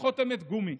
לחותמת גומי,